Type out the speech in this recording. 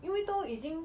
因为都已经